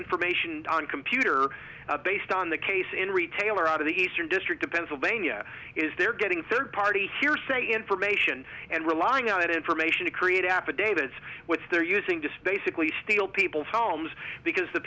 information on computer based on the case in a retailer out of the eastern district of pennsylvania is they're getting third party hearsay information and relying on that information to create affidavit which they're using just basically steal people's homes because the